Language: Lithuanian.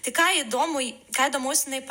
tik ką įdomų ką įdomaus jinai